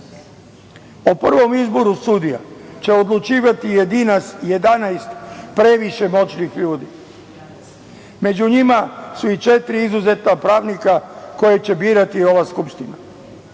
O prvom izboru sudija će odlučivati 11 previše moćnih ljudi, među njima su i četiri izuzetna pravnika koje će birati ova Skupština.